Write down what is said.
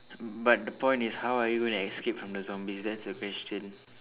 but the point is how are you going to escape from the zombies that's the question